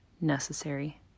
necessary